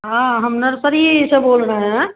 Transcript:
हाँ हम नर्सरी से बोल रहे हैं